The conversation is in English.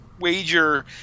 wager